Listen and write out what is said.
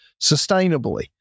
sustainably